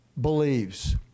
believes